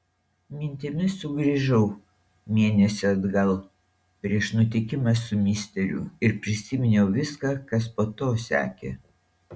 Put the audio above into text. mintimis sugrįžau mėnesį atgal prieš nutikimą su misteriu ir prisiminiau viską kas po to sekė